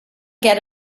get